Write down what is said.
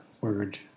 word